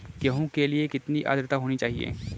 गेहूँ के लिए कितनी आद्रता होनी चाहिए?